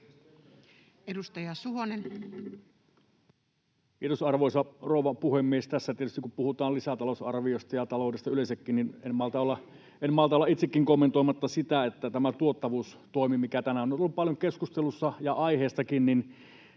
18:28 Content: Kiitos, arvoisa rouva puhemies! Tässä tietysti, kun puhutaan lisätalousarviosta ja taloudesta yleensäkin, en malta olla itsekin kommentoimatta sitä, että tästä tuottavuustoimesta, mikä tänään on ollut paljon keskustelussa ja aiheestakin, viikko